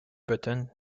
button